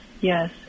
yes